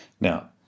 now